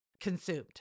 consumed